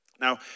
Now